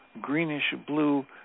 greenish-blue